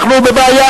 אנחנו בבעיה,